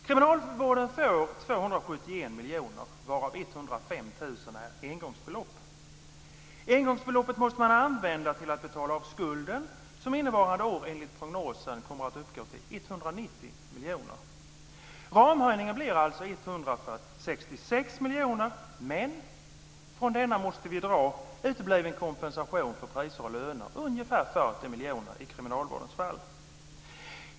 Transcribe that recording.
Kriminalvården får 271 miljoner varav 105 är ett engångsbelopp. Engångsbeloppet måste man använda till att betala av skulden, som innevarande år, enligt prognosen, kommer att uppgå till 190 miljoner. Ramhöjningen blir alltså 166 miljoner, men från denna måste vi dra utebliven kompensation när det gäller priser och löner, ungefär 40 miljoner i kriminalvårdens fall.